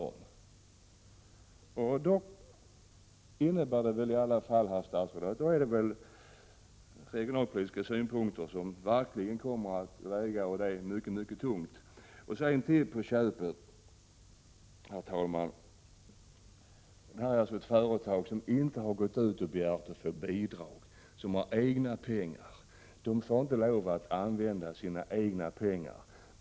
Då måste väl statsrådet förstå att det är regionalpolitiska synpunkter som kommer att väga mycket tungt. Detta företag har alltså inte begärt några bidrag; det har egna pengar men får inte använda sina egna pengar.